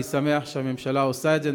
אני שמח שהממשלה עושה את זה.